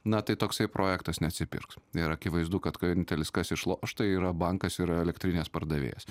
na tai toksai projektas neatsipirks ir akivaizdu kad vienintelis kas išloš tai yra bankas ir elektrinės pardavėjas